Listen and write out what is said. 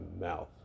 mouth